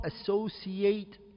associate